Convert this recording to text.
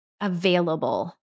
available